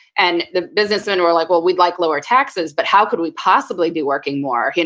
and the business and were like, well we'd like lower taxes, but how could we possibly be working more? yeah